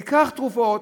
ניקח תרופות,